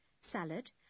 salad